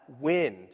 wind